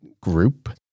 Group